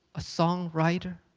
a songwriter,